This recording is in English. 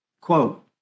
quote